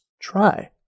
try